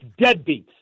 deadbeats